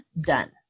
done